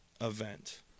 event